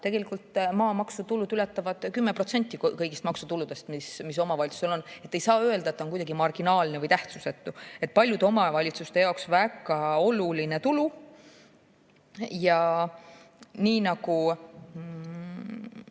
tegelikult maamaksutulud ületavad 10% kõigist maksutuludest, mis omavalitsustel on. Nii et ei saa öelda, et ta on kuidagi marginaalne või tähtsusetu. Paljude omavalitsuste jaoks on see väga oluline tulu. Siin